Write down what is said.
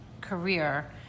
career